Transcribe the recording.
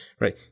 right